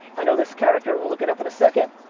i know this character, we'll look it up in a second.